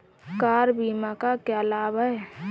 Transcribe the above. Car बीमा का क्या लाभ है?